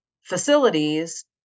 facilities